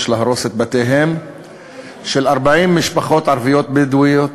להרוס את בתיהן של 40 משפחות ערביות בדואיות